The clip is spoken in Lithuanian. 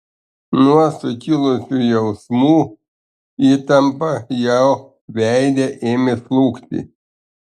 nuo sukilusių jausmų įtampa jo veide ėmė slūgti